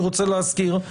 אני רוצה להזכיר,